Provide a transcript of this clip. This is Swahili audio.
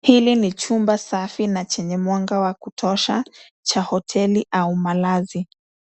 Hili ni chumba safi chenye mwanga wa kutosha cha hoteli au malazi.